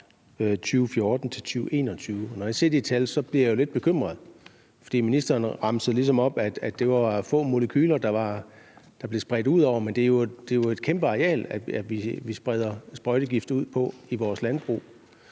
når jeg ser de tal, bliver jeg lidt bekymret, for ministeren remsede ligesom op, at det var få molekyler, der blev spredt ud, men det er jo et kæmpe areal, som vi spreder sprøjtegifte ud på i vores landbrug.